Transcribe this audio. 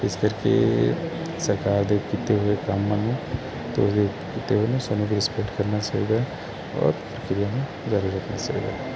ਇਸ ਕਰਕੇ ਸਰਕਾਰ ਦੇ ਕੀਤੇ ਹੋਏ ਕੰਮ ਨੂੰ ਅਤੇ ਉਹਦੇ ਕੀਤੇ ਹੋਏ ਨੇ ਸਾਨੂੰ ਵੀ ਰਿਸਪੈਕਟ ਕਰਨਾ ਚਾਹੀਦਾ ਔਰ ਫਿਰ ਇਹਨੂੰ ਜਾਰੀ ਰੱਖਣਾ ਚਾਹੀਦਾ